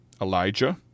Elijah